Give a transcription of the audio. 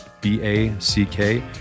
B-A-C-K